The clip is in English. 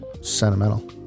sentimental